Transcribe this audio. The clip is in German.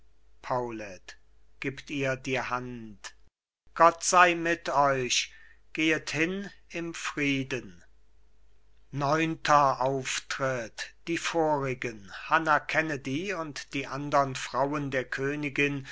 gibt ihr die hand gott sei mit euch gehet hin im frieden die vorigen hanna kennedy und die andern frauen der königin